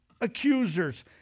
accusers